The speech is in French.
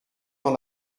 dans